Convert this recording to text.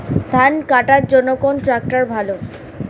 ধান কাটার জন্য কোন ট্রাক্টর ভালো?